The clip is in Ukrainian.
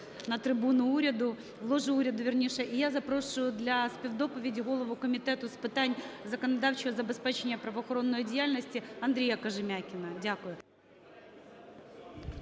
на трибуну уряду, в ложу уряду, вірніше. І я запрошую для співдоповіді голову Комітету з питань законодавчого забезпечення правоохоронної діяльності Андрія Кожем'якіна. Дякую.